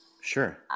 sure